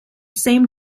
same